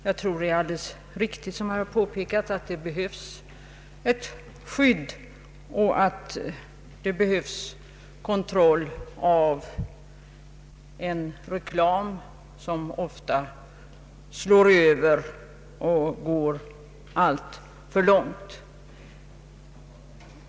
Jag tror att det är alldeles riktigt att det behövs ett skydd och att det även är nödvändigt med kontroll av en reklam, som ofta slår över och går för långt.